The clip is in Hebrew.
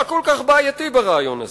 מה כל כך בעייתי ברעיון הזה?